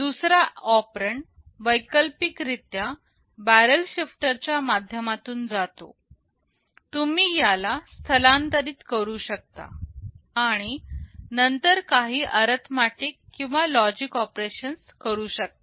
दूसरा ऑपरेंड वैकल्पिक रित्या बॅरल शिफ्टर च्या माध्यमातून जातो तुम्ही याला स्थलांतरित करू शकता आणि नंतर काही अरिथमेटिक किंवा लॉजिक ऑपरेशन्स करू शकता